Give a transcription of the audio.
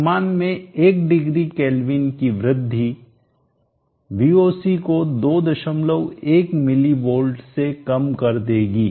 तापमान में 1 degree kelvin की वृद्धि Voc को 21 मिली वोल्ट से कम कर देगी